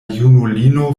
junulino